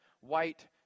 white